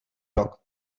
rok